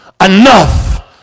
enough